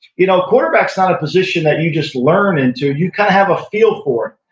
you know quarterback is not a position that you just learn into, you kind of have a feel for it,